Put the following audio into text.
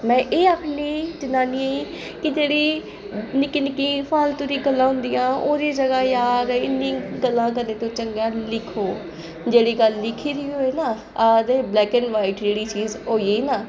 में एह् आखनी जनानियें इ कि जेह्ड़ी निक्की निक्की फालतू दी गल्लां होंदियां ओह्दे जगह् जां ते इन्नी गल्लां करने कोला चंगा ऐ कि लिखो ते जेह्ड़ी गल्ल लिखी दी होऐ ना आखदे ब्लैक ऐंड व्हाईट जेह्ड़ी चीज होई गेई ना